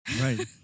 Right